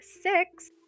six